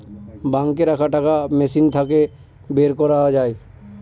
বাঙ্কে রাখা টাকা মেশিন থাকে বের করা যায়